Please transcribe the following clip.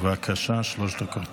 בבקשה, שלוש דקות.